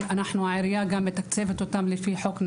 העירייה מתקצבת אותם לפי חוק נהרי,